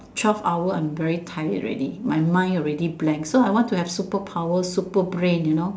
twelve hour I'm very tired already my mind already blank so I want to have superpower super brain you know